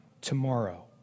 tomorrow